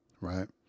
right